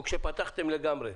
או כשפתחתם לגמרי,